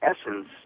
essence